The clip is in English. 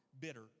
bitter